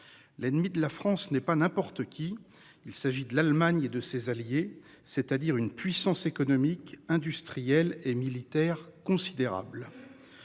L'ennemi de la France n'est pas n'importe qui. Il s'agit de l'Allemagne et de ses alliés, c'est-à-dire une puissance économique industrielle et militaire considérable.